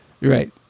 Right